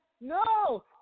No